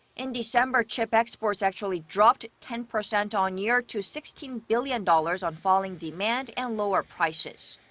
in december, chip exports actually dropped ten percent on-year to sixteen billion dollars on falling demand and lower prices.